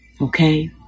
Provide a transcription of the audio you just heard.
Okay